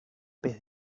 pez